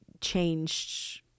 changed